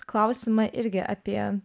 klausimą irgi apie